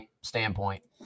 standpoint